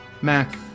Mac